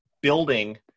building